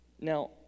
Now